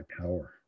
power